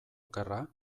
okerra